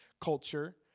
culture